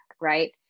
right